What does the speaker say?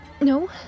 No